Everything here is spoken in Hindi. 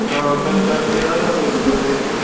हाँ कल चार बजे आ जाओ जो उसके बाद दे देंगे